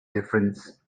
difference